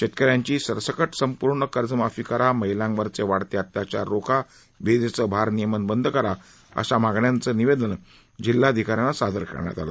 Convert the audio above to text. शेतकऱ्यांची सरसकट संपूर्ण कर्जमाफी करा महिलांवरील वाढते अत्याचार रोखा विजेचे भरनियमन बंद करा अशा मागण्यांच निवेदन जिल्हाधिकाऱ्यांना सादर करण्यात आलं